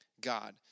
God